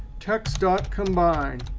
text ah combine.